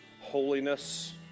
holiness